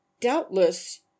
Doubtless